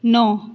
नौ